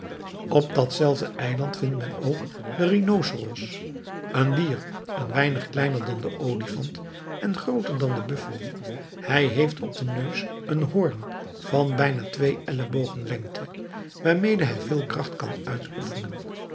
op dat zelfde eiland vindt men ook den rhinoceros een dier een weinig kleiner dan de olifant en grooter dan de buffel hij heeft op den neus een hoorn van bijna twee ellebogen lengte waarmede hij veel kracht kan uitoefenen